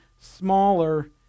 smaller